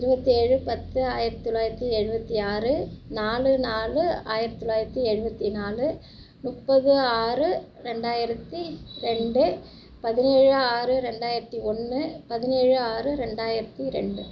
இருபத்தி ஏழு பத்து ஆயிரத்தி தொள்ளாயிரத்தி எழுபத்தி ஆறு நாலு நாலு ஆயிரத்தி தொள்ளாயிரத்தி எழுவத்தி நாலு முப்பது ஆறு இரண்டாயிரத்தி ரெண்டு பதினேழு ஆறு ரெண்டாயிரத்தி ஒன்று பதினேழு ஆறு ரெண்டாயிரத்தி ரெண்டு